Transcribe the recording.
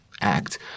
act